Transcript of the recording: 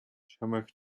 чамайг